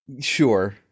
Sure